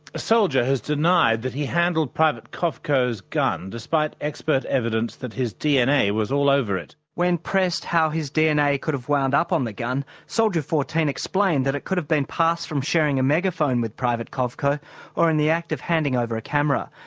a soldier has denied that he handled private kovco's gun, despite expert evidence that his dna was all over it. when pressed how his dna could have wound up on the gun, soldier fourteen explained that it could have been passed from sharing a megaphone with private kovco or in the act of handing over a camera.